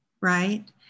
Right